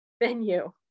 venue